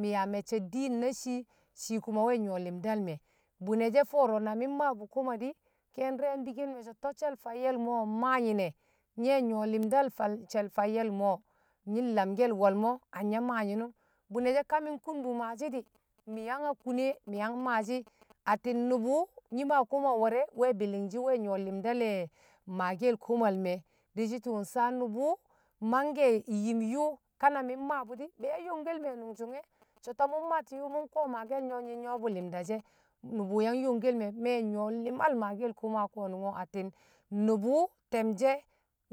mi̱ yaa me̱cce̱ di̱i̱n na shii kuma we̱ nyṵwe̱ li̱mdal me̱ bṵne̱ she̱ fo̱o̱ro̱ na mi mmaabṵ koma di̱ ke̱e̱shi ndi̱re̱ yang bikel me̱ so̱ to̱ she̱l fayye mo̱ mmaa nyi̱ne̱ nji̱ we̱ nyṵwo̱ li̱mdal she̱l fayye̱l mo̱, nyi mlamke̱l wo̱lmo̱ anya maa yi̱nṵm bune̱ she̱ ka mi̱nkur bṵ maashi̱ di̱ mi̱ yanga kune mi̱ mmaashi atti̱n nṵbṵ nyi̱ maa koma ware we bi̱li̱ngshi we̱ nyṵwo̱ li̱mda le̱ maake̱l komal me̱, di̱shi̱ tu̱ sa nubṵ manke̱ yim yṵṵ ka na mi̱ mmaabṵ di be̱e̱ yang yongkel me̱ a mṵngsṵnge so to̱b mṵ mati̱ yṵṵ mṵ nkuwo maake̱l nge̱ wṵ nyi̱ nyṵwo̱bu li̱mda she̱, nṵbṵ yang youngkel me̱, me̱ nyṵwo̱ li̱mal maake̱l koma ko̱ atti̱n nṵbṵ te̱mshe̱